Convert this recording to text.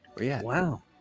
Wow